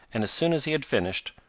and as soon as he had finished,